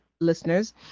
listeners